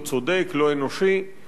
ואת המצב הזה צריך לשנות.